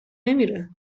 نمیره